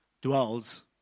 dwells